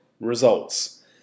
results